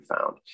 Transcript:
found